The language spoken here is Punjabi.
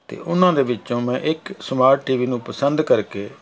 ਅਤੇ ਉਹਨਾਂ ਦੇ ਵਿੱਚੋਂ ਮੈਂ ਇੱਕ ਸਮਾਰਟ ਟੀਵੀ ਨੂੰ ਪਸੰਦ ਕਰਕੇ